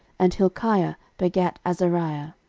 and hilkiah begat azariah,